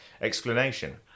explanation